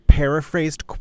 paraphrased